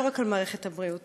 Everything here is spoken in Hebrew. ולא רק על מערכת הבריאות.